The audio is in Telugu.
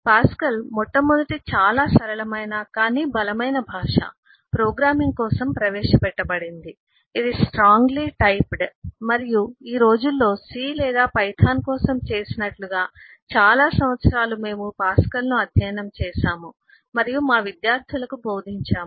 పాస్కల్ మొట్టమొదటి చాలా సరళమైన కానీ బలమైన భాష ప్రోగ్రామింగ్ కోసం ప్రవేశపెట్టబడింది ఇది స్ట్రాంగ్లీ టైప్డ్ మరియు ఈ రోజుల్లో C లేదా పైథాన్ కోసం చేసినట్లుగా చాలా సంవత్సరాలు మేము పాస్కల్ను అధ్యయనం చేసాము మరియు మా విద్యార్థులకు బోధించాము